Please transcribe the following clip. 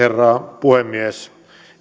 herra puhemies